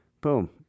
boom